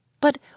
But